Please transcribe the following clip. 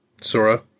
Sora